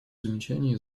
замечания